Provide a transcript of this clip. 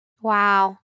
Wow